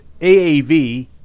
AAV